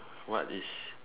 what is